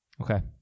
Okay